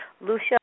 Lucia